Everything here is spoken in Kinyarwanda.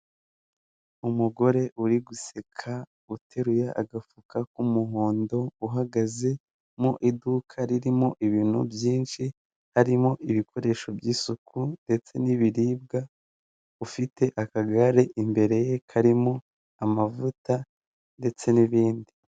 Umugore uri guseka uteruye agafuka k'umuhondo uhagaze mu iduka ririmo ibintu byinshi harimo, ibikoresho by'isuku ndetse n'ibiribwa, ufite akagare imbere ye karimo amavuta ndetse n'ibindi.